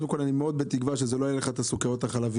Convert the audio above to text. קודם כל אני מאוד בתקווה שזה לא יעלה לך את הסוכריות החלביות,